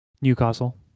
Newcastle